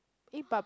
eh but